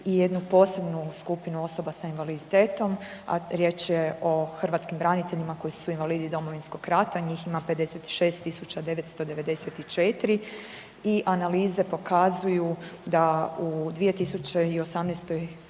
i jednu posebnu skupinu osoba sa invaliditetom, a riječ je o hrvatskim braniteljima koji su invalidi Domovinskog rata, njih ima 56994 i analize pokazuju da u 2018.g.